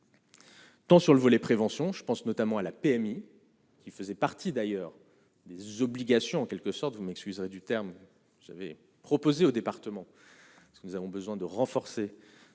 tant sur le volet prévention, je pense notamment à la PMI qui faisait partie d'ailleurs des obligations en quelque sorte, vous m'excuserez du terme vous savez proposé au département, ce que nous avons besoin de renforcer